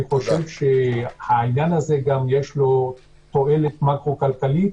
אני חושב שלעניין הזה יש גם תועלת מקרו כלכלית,